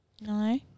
No